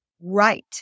right